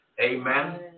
Amen